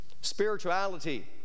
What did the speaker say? Spirituality